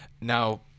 Now